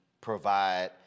provide